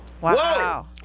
Wow